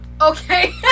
Okay